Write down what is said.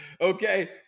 Okay